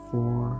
Four